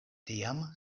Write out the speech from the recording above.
tiam